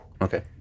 Okay